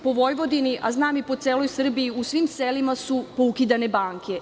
Po Vojvodini, a znam i po celoj Srbiji, po svim selima su poukidane banke.